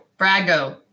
Brago